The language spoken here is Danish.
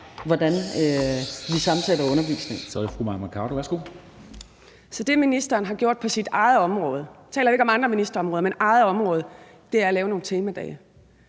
Mai Mercado (KF): Så det, ministeren har gjort på sit eget område – nu taler vi ikke om andre ministerområder, men om ministerens eget område – er at lave nogle temadage.